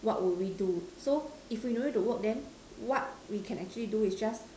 what would we do so if we no need to work then what we can actually do is just